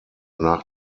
nach